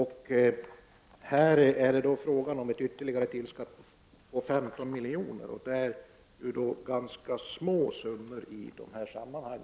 Det är här fråga om ett tillskott om ytterligare 15 miljoner, och det är en ganska liten summa i dessa sammanhang.